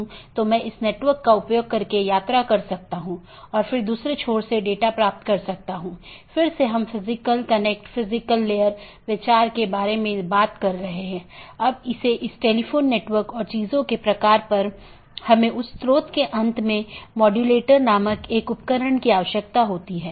इसका मतलब है कि यह एक प्रशासनिक नियंत्रण में है जैसे आईआईटी खड़गपुर का ऑटॉनमस सिस्टम एक एकल प्रबंधन द्वारा प्रशासित किया जाता है यह एक ऑटॉनमस सिस्टम हो सकती है जिसे आईआईटी खड़गपुर सेल द्वारा प्रबंधित किया जाता है